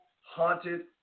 haunted